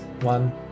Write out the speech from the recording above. one